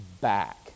back